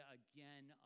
again